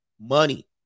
money